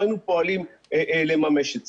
לא היינו פועלים לממש את זה.